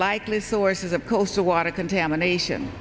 likely source as opposed to water contamination